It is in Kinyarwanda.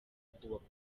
kubaka